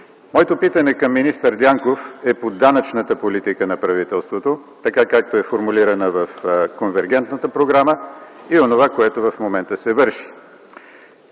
Моето питане към министър Дянков е по данъчната политика на правителството, както е формулирана в Конвергентната програма, и по онова, което в момента се върши.